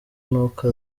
n’uko